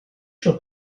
siŵr